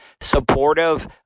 supportive